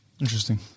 Interesting